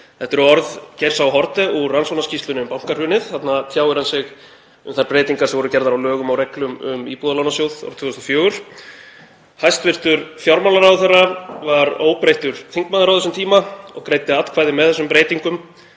Þetta eru orð Geirs H. Haarde úr rannsóknarskýrslunni um bankahrunið. Þarna tjáir hann sig um þær breytingar sem voru gerðar á lögum og reglum um Íbúðalánasjóð árið 2004. Hæstv. fjármálaráðherra var óbreyttur þingmaður á þessum tíma og greiddi atkvæði með þessum breytingum.